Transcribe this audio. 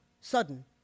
sudden